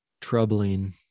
troubling